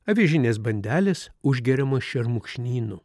avižinės bandelės užgeriamos šermukšnynu